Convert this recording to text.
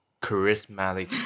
charismatic